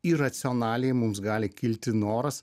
iracionaliai mums gali kilti noras